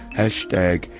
hashtag